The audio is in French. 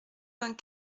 vingt